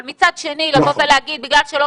אבל מצד שני לבוא ולהגיד: בגלל שלא